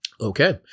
Okay